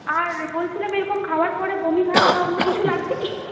আর বলছিলাম এরকম খাওয়ার পরে বমিভাব বা অন্য কিছু লাগছে কি